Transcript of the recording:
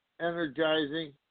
energizing